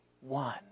one